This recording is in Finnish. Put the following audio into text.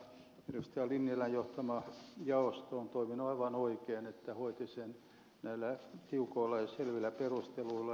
lintilän johtama jaosto on toiminut aivan oikein että hoiti sen näillä tiukoilla ja selvillä perusteluilla